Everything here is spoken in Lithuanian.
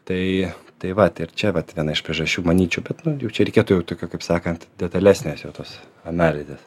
tai tai vat ir čia vat viena iš priežasčių manyčiau bet jau čia reikėtų tjau okio kaip sakant detalesnės jau tos analizės